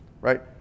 right